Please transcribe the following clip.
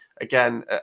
again